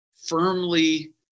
firmly